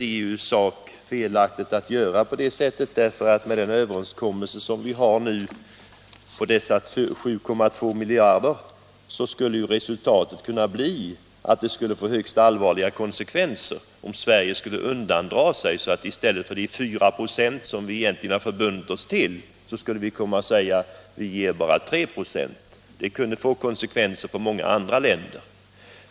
Det är i sak felaktigt att göra på det sättet. Den nuvarande överenskommelsen gäller 7,2 miljarder. Det skulle emellertid kunna bli högst allvarliga konsekvenser, om Sverige drog sig undan. Om vi i stället för de 4 96 som vi egentligen förbundit oss att ge skulle säga att vi bara vill ge 3 96, kunde det få konsekvenser när det gäller många andra länder.